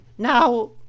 Now